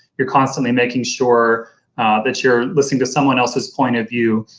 you're constantly making sure that you're listening to someone else's point of view.